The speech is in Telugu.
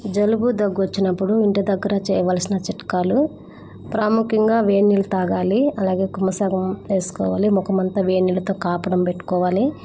జలుబు దగ్గొచ్చినప్పుడు ఇంటి దగ్గర చేయవలసిన చిట్కాలు ప్రాముఖ్యంగా వేడి నీళ్ళు తాగాలి అలాగే కుంబసెగం వేస్కోవాలి ముఖమంతా వేడి నీళ్ళతో కాపడం పెట్టుకోవాలి